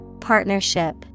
Partnership